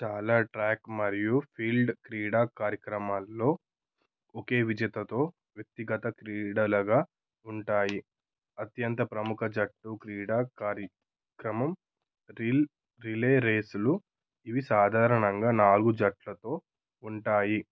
చాలా ట్రాక్ మరియు ఫీల్డ్ క్రిడా కార్యక్రమాల్లో ఒకే విజేతతో వ్యక్తిగత క్రీడలగా ఉంటాయి అత్యంత ప్రముఖ జట్టు క్రిడా కారిక్రమం రిల్ రిలే రేసులు ఇవి సాధారణంగా నాలుగు జట్లతో ఉంటాయి